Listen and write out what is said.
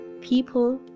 people